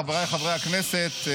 חבריי חברי הכנסת,